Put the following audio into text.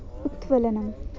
उत्प्लवनम्